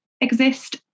exist